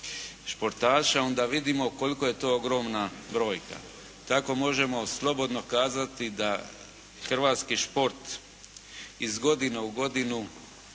športa onda vidimo koliko je to ogromna brojka. Tako možemo slobodno kazati da hrvatski šport iz godine u godinu,